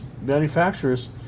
manufacturers